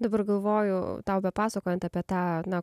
dabar galvoju tau bepasakojant apie tą na